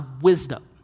wisdom